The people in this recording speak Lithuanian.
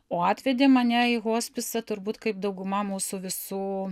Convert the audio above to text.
o atvedė mane į hospisą turbūt kaip dauguma mūsų visų